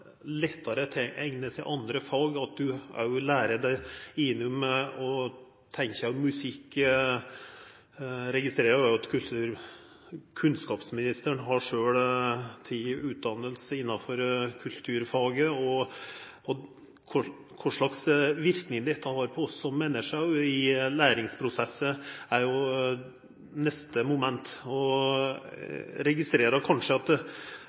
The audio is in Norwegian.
lettare kan tileigna seg andre fag, at ein lærer gjennom å tenkja musikk. Eg registrerer òg at kunnskapsministeren sjølv har teke utdanning innanfor kulturfaget. Kva slags verknad dette har på oss som menneske i læringsprosessar, er neste moment. Eg registrerer at